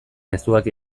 mezuak